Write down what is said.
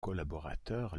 collaborateur